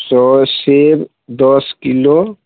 सओ सेब दस किलो